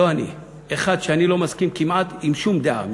לא אני, אחד שאני לא מסכים כמעט עם שום דעה משלו: